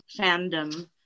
fandom